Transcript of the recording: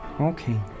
Okay